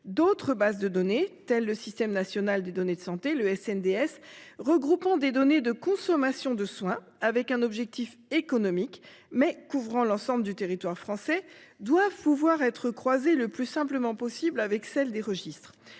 D'autres bases de données, tel le Système national des données de santé (SNDS), regroupant des données de consommation de soins dans un objectif économique, mais couvrant l'ensemble du territoire français, doivent pouvoir être croisées le plus simplement possible avec celles des registres.